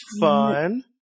fun